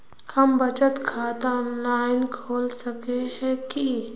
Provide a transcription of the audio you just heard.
हम बचत खाता ऑनलाइन खोल सके है की?